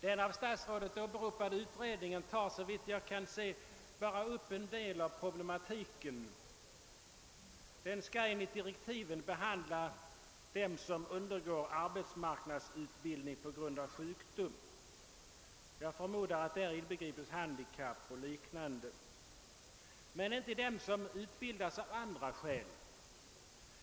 Den av herr statsrådet åberopade utredningen tar, såvitt jag kan se, bara upp en del av problematiken. Den skall enligt direktiven bara syssla med frågan om dem som undergår arbetsmarknadsutbildning på grund av sjukdom — jag förmodar att däri inbegripes handikapp och liknande — men inte dem som utbildas av andra skäl.